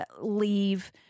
leave